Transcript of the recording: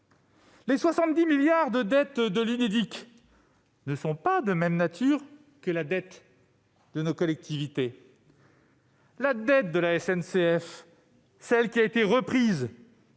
les 70 milliards d'euros de dettes de l'Unédic ne sont pas de même nature que la dette de nos collectivités. La dette de la SNCF, celle qui a été reprise,